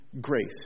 grace